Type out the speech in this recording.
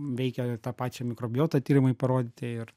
veikia tą pačią mikrobiotą tyrimai parodyti ir